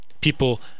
people